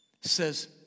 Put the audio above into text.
says